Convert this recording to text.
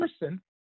person